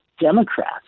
democrats